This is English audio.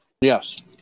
Yes